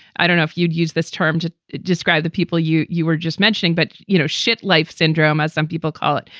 i don't know if you'd use this term to describe the people you you were just mentioning, but, you know, shit life syndrome, as some people call it,